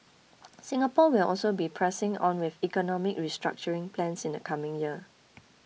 Singapore will also be pressing on with economic restructuring plans in the coming year